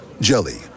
Jelly